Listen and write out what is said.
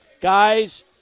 Guys